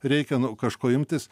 reikia nu kažko imtis